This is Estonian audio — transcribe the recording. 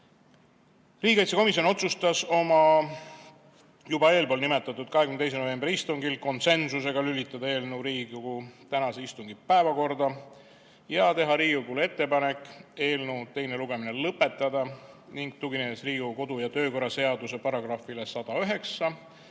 Riigikaitsekomisjon otsustas oma eespool nimetatud 22. novembri istungil (konsensusega) lülitada eelnõu Riigikogu tänase istungi päevakorda ja teha Riigikogule ettepaneku eelnõu teine lugemine lõpetada, ning tuginedes Riigikogu kodu- ja töökorra seaduse §ile 109,